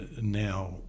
Now